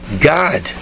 God